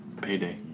Payday